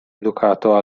educato